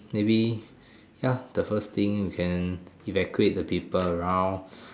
maybe ya the first thing you can evacuate the people around